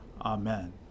Amen